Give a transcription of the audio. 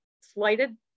slighted